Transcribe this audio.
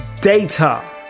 data